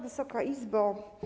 Wysoka Izbo!